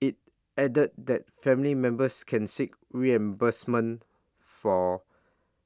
IT added that family members can seek reimbursement for